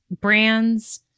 brands